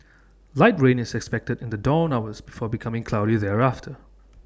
light rain is expected in the dawn hours before becoming cloudy thereafter